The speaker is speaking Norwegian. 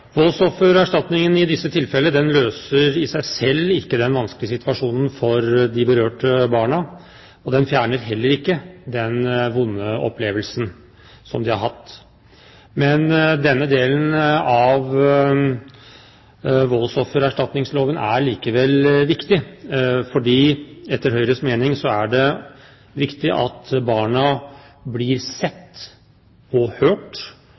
Voldsoffererstatningen løser i disse tilfellene i seg selv ikke den vanskelige situasjonen for de berørte barna, og den fjerner heller ikke den vonde opplevelsen som de har hatt. Men denne delen av voldsoffererstatningsloven er likevel viktig, fordi det etter Høyres mening er viktig at barna blir sett og hørt,